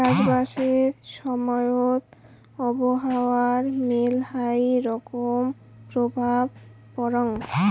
চাষবাসের সময়ত আবহাওয়ার মেলহাই রকম প্রভাব পরাং